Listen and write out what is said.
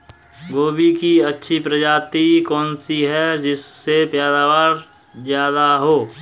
गोभी की अच्छी प्रजाति कौन सी है जिससे पैदावार ज्यादा हो?